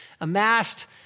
amassed